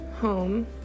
home